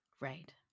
Right